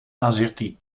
azerty